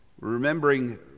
Remembering